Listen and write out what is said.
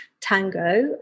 Tango